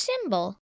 symbol